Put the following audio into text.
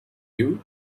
you